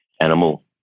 animal